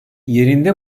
yerinde